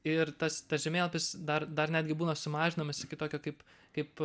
ir tas žemėlapis dar dar netgi būna sumažinamas iki tokio kaip kaip